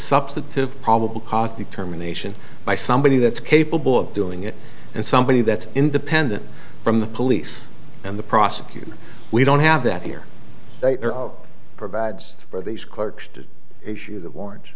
substantive probable cause determination by somebody that's capable of doing it and somebody that's independent from the police and the prosecutor we don't have that here provides for these clerks to issue th